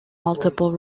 multiple